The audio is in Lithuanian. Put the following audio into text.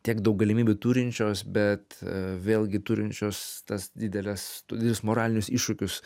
tiek daug galimybių turinčios bet vėlgi turinčios tas dideles studijas moralinius iššūkius